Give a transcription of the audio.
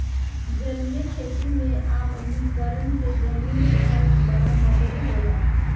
जलीय खेती में आम्लीकरण के जमीन सुधार में बड़ा मदद होला